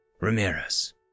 Ramirez